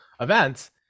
events